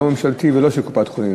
לא ממשלתי ולא של קופת-חולים.